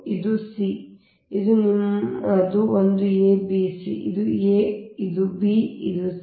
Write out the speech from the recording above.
ಆದ್ದರಿಂದ ಇದು ನಿಮ್ಮದು ಇದು ಒಂದು a b c ಇದು a ಇದು b ಇದು c